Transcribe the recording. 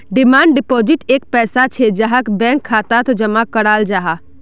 demand deposit एक पैसा छे जहाक बैंक खातात जमा कराल जाहा